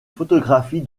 photographie